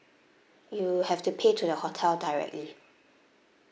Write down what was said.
you have to pay to the hotel directly